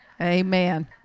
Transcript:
Amen